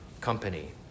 company